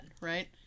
Right